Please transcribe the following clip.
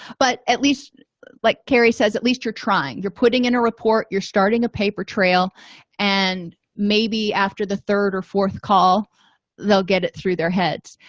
but at least like carrie says at least you're trying you're putting in a report you're starting a paper trail and maybe after the third or fourth call they'll get it through their heads